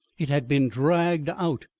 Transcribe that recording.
it had been dragged out.